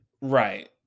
Right